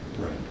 right